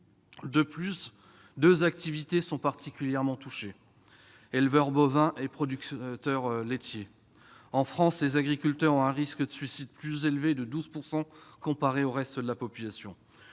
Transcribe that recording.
De plus, deux activités sont particulièrement concernées : les éleveurs bovins et les producteurs laitiers. En France, les agriculteurs ont un risque de suicide plus élevé de 12 % comparé au reste de la population.